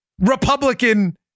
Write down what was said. Republican